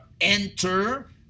enter